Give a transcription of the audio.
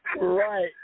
Right